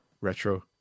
Retro